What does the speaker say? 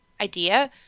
idea